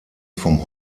vom